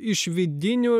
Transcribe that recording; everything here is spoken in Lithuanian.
iš vidinių